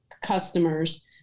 customers